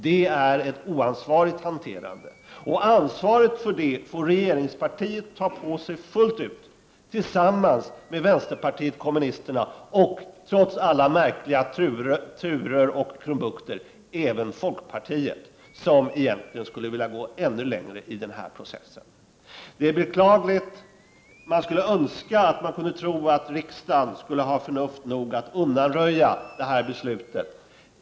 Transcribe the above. Det är oansvarigt att hantera frågan på det sättet. Ansvaret för detta får regeringen och vänsterpartiet kommunisterna fullt ut ta på sig. Det gäller, trots alla märkliga turer, även folkpartiet som egentligen skulle vilja gå ännu längre i den här processen. Det hela är således beklagligt. Jag skulle önska att riksdagen hade förnuft nog att undanröja det här beslutet.